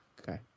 okay